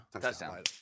Touchdown